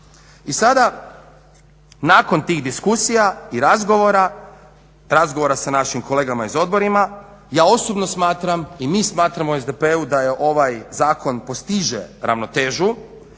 I sada nakon tih diskusija i razgovora, razgovora sa našim kolegama iz odbora, ja osobno smatram i mi smatramo u SDP-u da ovaj zakon postiže ravnotežu